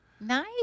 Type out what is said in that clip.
Nice